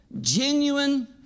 genuine